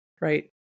right